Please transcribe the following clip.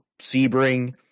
Sebring